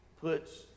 puts